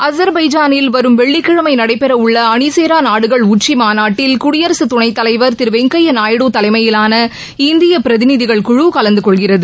அஜர்பைஜானில் வரும் வெள்ளிக்கிழமை நடைபெறவுள்ள அணிசேரா நாடுகள் உச்சிமாநாட்டில் குடியரசுத்துணைத்தலைவர் திரு வெங்கய்யாநாயுடு தலைமையிலான இந்திய பிரதிநிதிகள் குழு கலந்துகொள்கிறது